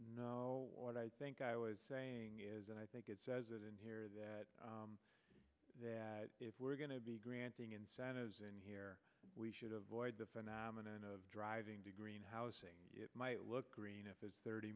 know what i think i was saying is and i think it says it in here that that if we're going to be granting incentives in here we should avoid the phenomenon of driving to greenhouse it might look green if it's thirty